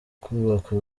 kubaka